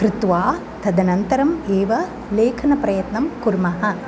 कृत्वा तदनन्तरं एव लेखनप्रयत्नं कुर्मः